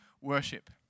worship